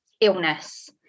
illness